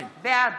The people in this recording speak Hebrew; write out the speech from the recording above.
בעד